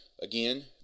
again